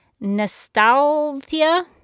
Nostalgia